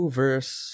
verse